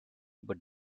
but